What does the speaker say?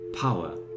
power